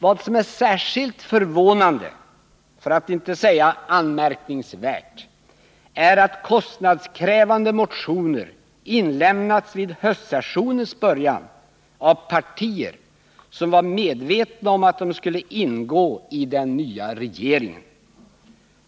Vad som är särskilt förvånande, för att inte säga anmärkningsvärt, är att kostnadskrävande motioner inlämnades vid höstsessionens början av partier som var medvetna om att de skulle ingå i den nya regeringen.